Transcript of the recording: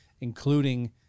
Including